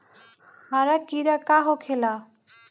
हरा कीड़ा का होखे ला?